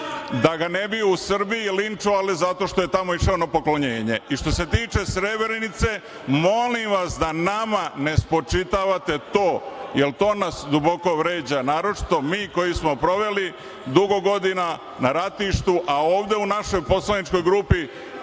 da ga ne bi u Srbiji linčovali zato što je tamo išao na poklonjenje. Što se tiče Srebrenice, molim vas da nama ne spočitavate to, jer to nas duboko vređa, naročito mi koji smo proveli dugo godina na ratištu, a ovde u našoj poslaničkoj grupi